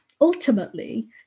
ultimately